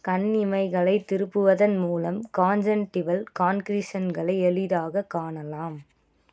கண் இமைகளைத் திருப்புவதன் மூலம் கான்ஜன்டிவல் கான்க்ரீஷன்களை எளிதாகக் காணலாம்